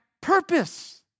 purpose